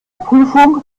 prüfung